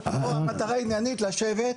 או שהמטרה היא עניינית והיא לשבת,